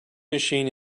machine